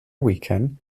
weekend